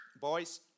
boys